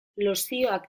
lozioak